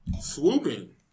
swooping